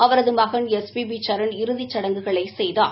அவரது மகன் S P B Charan இறுதிச் சடங்குகளை செய்தார்